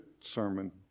sermon